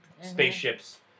spaceship's